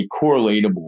correlatable